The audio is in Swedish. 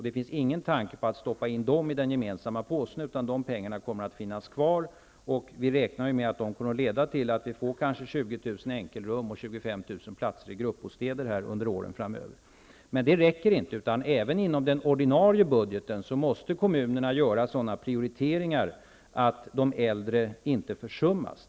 Det finns ingen tanke på att stoppa in dem i den gemensamma påsen. De pengarna kommer att finnas kvar. Vi räknar med att de skall räcka till ungefär 20 000 enkelrum och 25 000 platser i gruppbostäder under åren framöver. Men det här räcker inte. Även inom den ordinarie budgeten måste kommunerna göra sådana prioriteringar att de äldre inte försummas.